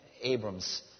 Abram's